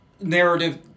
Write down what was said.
narrative